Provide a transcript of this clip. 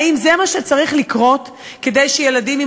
האם זה מה שצריך לקרות כדי שילדים עם